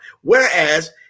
Whereas